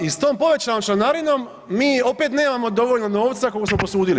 I s tom povećanom članarinom mi opet nemamo dovoljno novca koliko smo posudili.